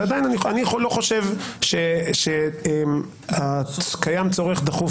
ועדיין אני לא חושב שקיים צורך דחוף